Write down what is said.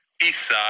Eastside